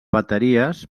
bateries